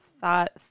thought